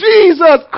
Jesus